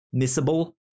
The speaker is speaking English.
missable